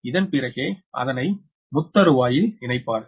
இதன்பிறகே அதனை முத்தருவாயில் இணைப்பார்கள்